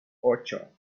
ocho